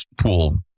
pool